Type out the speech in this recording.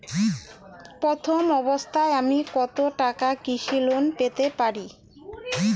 প্রথম অবস্থায় আমি কত টাকা কৃষি লোন পেতে পারি?